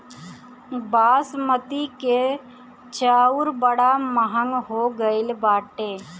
बासमती के चाऊर बड़ा महंग हो गईल बाटे